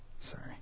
Sorry